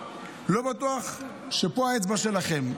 לא בטוח שפה האצבע שלכם.